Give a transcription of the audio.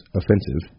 offensive